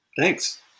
Thanks